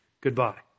goodbye